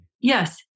yes